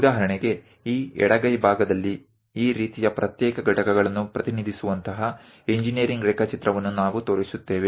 ಉದಾಹರಣೆಗೆ ಈ ಎಡಗೈ ಭಾಗದಲ್ಲಿ ಈ ರೀತಿಯ ಪ್ರತ್ಯೇಕ ಘಟಕಗಳನ್ನು ಪ್ರತಿನಿಧಿಸುವಂತಹ ಇಂಜಿನೀರಿಂಗ್ ರೇಖಾಚಿತ್ರವನ್ನು ನಾವು ತೋರಿಸುತ್ತೇವೆ